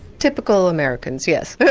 typical americans yes. yeah